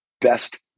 best